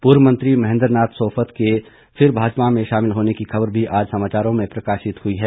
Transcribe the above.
पूर्व मंत्री महेन्द्रनाथ सोफत के फिर भाजपा शामिल होने की खबर भी आज समाचार पत्रों में प्रकाशित हुई है